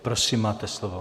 Prosím, máte slovo.